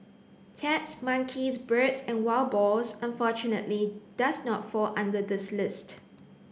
cats monkeys birds and wild boars unfortunately does not fall under this list